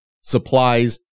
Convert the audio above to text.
supplies